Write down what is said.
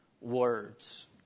words